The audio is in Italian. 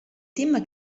team